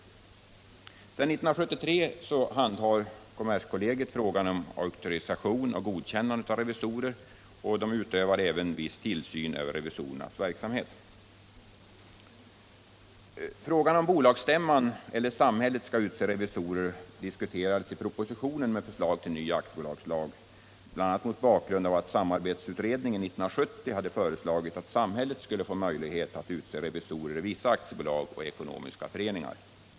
Sedan 1973 handhar kommerskollegium frågan om auktorisation och godkännande av revisorer samt utövar viss tillsyn av deras verksamhet. Frågan om huruvida bolagsstämman eller samhället skall utse revisorer diskuterades i propositionen med förslag till ny aktiebolagslag, bl.a. mot bakgrund av att samarbetsutredningen 1970 hade föreslagit att samhället skulle få möjlighet att utse revisorer i vissa aktiebolag och ekonomiska föreningar.